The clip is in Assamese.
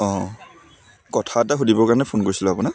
অঁ কথা এটা সোধিবৰ কাৰণে ফোন কৰিছিলোঁ আপোনাক